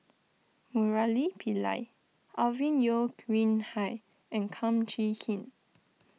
Murali Pillai Alvin Yeo Khirn Hai and Kum Chee Kin